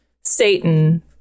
Satan